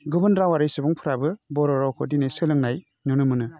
गुबुन रावआरि सुबुंफ्राबो बर' रावखौ दिनै सोलोंनाय नुनो मोनो